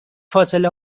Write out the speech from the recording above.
فاصله